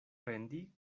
vendi